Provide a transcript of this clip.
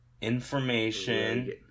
Information